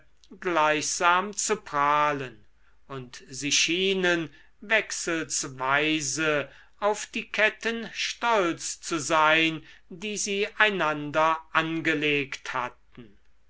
gleichsam zu prahlen und sie schienen wechselsweise auf die ketten stolz zu sein die sie einander angelegt hatten